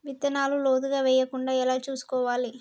విత్తనాలు లోతుగా వెయ్యకుండా ఎలా చూసుకోవాలి?